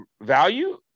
value